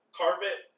carpet